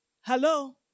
Hello